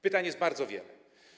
Pytań jest bardzo wiele.